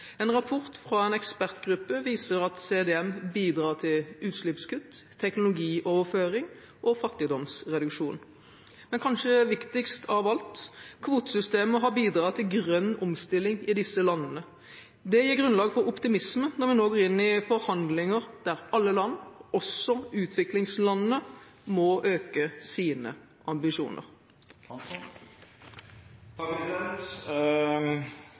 En rapport fra en ekspertgruppe viser at CDM bidrar til utslippskutt, teknologioverføring og fattigdomsreduksjon. Men kanskje viktigst av alt: Kvotesystemet har bidratt til grønn omstilling i disse landene. Det gir grunnlag for optimisme når vi nå går inn i forhandlinger der alle land, også utviklingslandene, må øke sine ambisjoner.